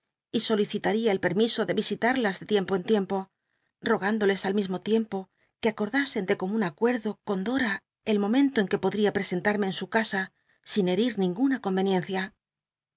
y solicitada el permbo de yisitarlas ele tiempo en tiempo rogándoles al mismo tiempo que acordasen de comun acuerdo con dora el momento en que podría presentarme en su casa sin herir ninguna con